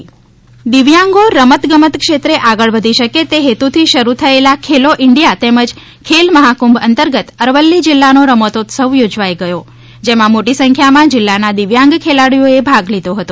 અરવલ્લી દિવ્યાંગ ખેલ મહાકુંભ દિવ્યાંગો રમત ગમત ક્ષેત્રે આગળ વધી શકે તે હેતુથી શરૂ થયેલા ખેલો ઇન્ડિયા તેમજ ખેલમહાકુંભ અંતર્ગત અરવલ્લી જિલ્લાનો રમતોત્સવ ઉજવાઈ ગથો જેમાં મોટી સંખ્યામાં જિલ્લાના દિવ્યાંગ ખેલાડીઓએ ભાગ લીધો હતો